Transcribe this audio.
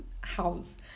house